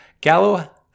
Gallo